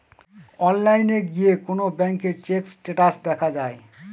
অনলাইনে গিয়ে কোন ব্যাঙ্কের চেক স্টেটাস দেখা যায়